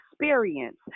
experience